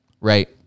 Right